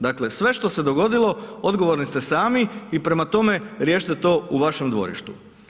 Dakle sve što se dogodilo, odgovorni ste sami i prema tome riješite to u vašem dvorištu.